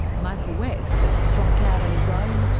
michael west has struck out on his own,